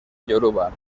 yoruba